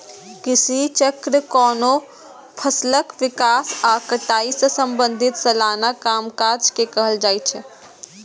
कृषि चक्र कोनो फसलक विकास आ कटाई सं संबंधित सलाना कामकाज के कहल जाइ छै